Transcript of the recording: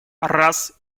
раз